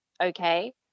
okay